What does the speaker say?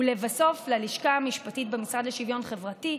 ולבסוף ללשכה המשפטית במשרד לשוויון חברתי,